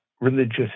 religious